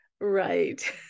right